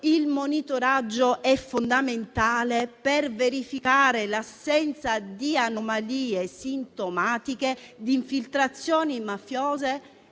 monitoraggio è fondamentale per verificare l'assenza di anomalie sintomatiche, di infiltrazioni mafiose e